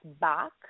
back